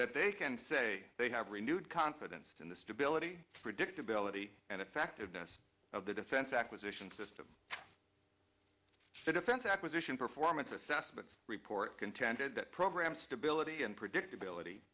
that they can say they have renewed confidence in the stability predictability and effectiveness of the defense acquisition system shit defense acquisition performance assessments report contended that program stability and predictability